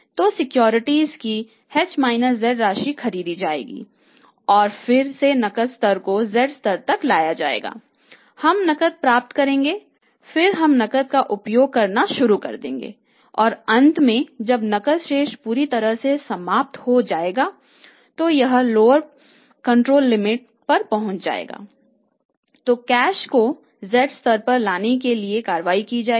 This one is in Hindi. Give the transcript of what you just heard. तो कैश को z स्तर पर लाने के लिए कार्रवाई की जाएगी